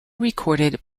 recorded